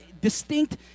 distinct